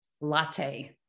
Latte